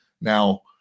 Now